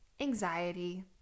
anxiety